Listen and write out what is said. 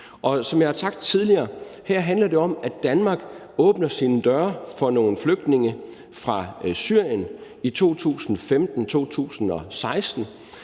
Som jeg har sagt tidligere: Her handler det om, at Danmark åbner sine døre for nogle flygtninge fra Syrien i 2015 og 2016,